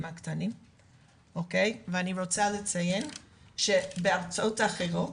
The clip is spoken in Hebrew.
הקטנים ואני רוצה לציין שבארצות אחרות,